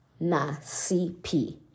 NaCP